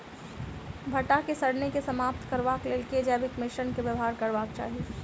भंटा केँ सड़न केँ समाप्त करबाक लेल केँ जैविक मिश्रण केँ व्यवहार करबाक चाहि?